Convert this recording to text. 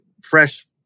fresh